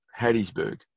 Hattiesburg